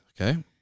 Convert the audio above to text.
Okay